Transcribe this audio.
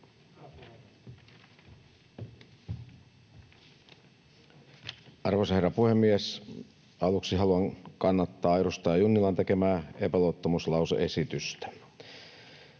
Arvoisa herra puhemies! Aluksi haluan kannattaa edustaja Junnilan tekemää epäluottamuslause-esitystä.